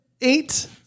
eight